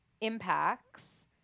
impacts